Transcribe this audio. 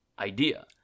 idea